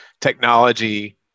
technology